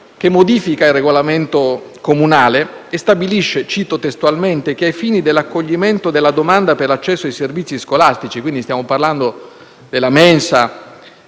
che modifica il regolamento comunale e stabilisce, cito testualmente, che «Ai fini dell'accoglimento della domanda» per l'accesso ai servizi scolastici - stiamo parlando, ad